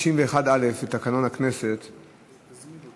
הצעת חוק תגמול לנושאי משרה בתאגידים פיננסיים (אישור